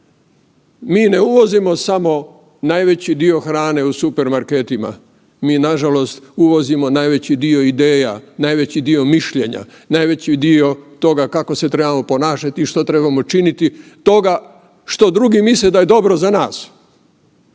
Mi ne uvozimo samo najveći dio hrane u supermarketima, mi nažalost uvozimo najveći dio ideja, najveći dio mišljenja, najveći dio toga kako se trebamo ponašati i što trebamo činiti toga što drugi misle da je dobro za nas.